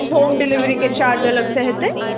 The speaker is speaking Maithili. होम डिलिवरीके चार्ज अलगसँ हेतै